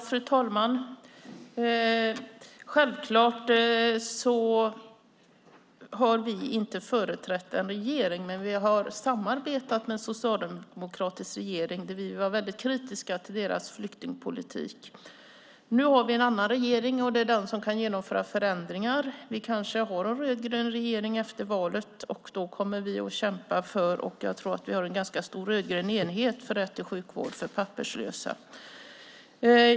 Fru talman! Självfallet har vi inte företrätt en regering, men vi har samarbetat med en socialdemokratisk regering och då var vi kritiska till deras flyktingpolitik. Nu har vi en annan regering, och det är den som kan genomföra förändringar. Vi kanske har en rödgrön regering efter valet. Då kommer vi att kämpa för rätt till sjukvård för papperslösa, och jag tror att vi har en ganska stor rödgrön enighet om det.